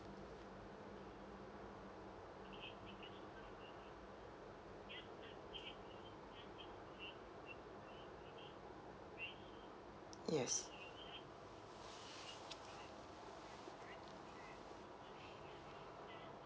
yes